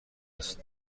است